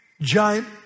giant